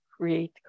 create